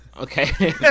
Okay